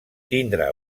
tindrà